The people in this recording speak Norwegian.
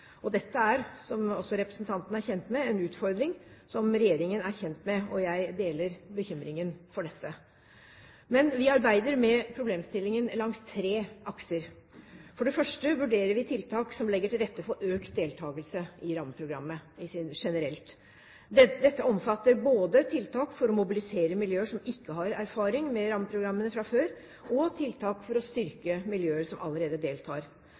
Dette er, som også representanten er kjent med, en utfordring som regjeringen er kjent med, og jeg deler bekymringen for dette. Vi arbeider med problemstillingen langs tre akser. For det første vurderer vi tiltak som legger til rette for økt deltakelse i rammeprogrammet generelt. Dette omfatter både tiltak for å mobilisere miljøer som ikke har erfaring med rammeprogrammene fra før, og tiltak for å styrke miljøer som allerede deltar.